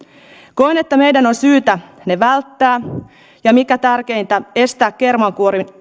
koen että meidän on syytä ne välttää ja mikä tärkeintä estää kermankuorinta